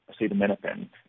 acetaminophen